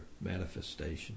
manifestation